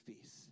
feast